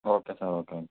okay sir okay